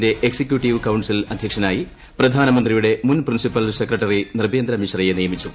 ഡൽഹിയിലെ executive council അധ്യക്ഷനായി പ്രധാനമന്ത്രി യുടെ മുൻ പ്രിൻസിപ്പൽ സെക്രിട്ടറി നൃപേന്ദ്ര മിശ്രയെ നിയമിച്ചു